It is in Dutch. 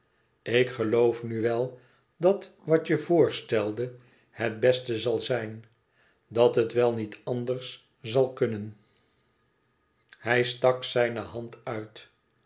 ik geloof nu wel dat wat je voorstelde het beste zal zijn dat het wel niet anders zal kunnen hij stak zijne hand uit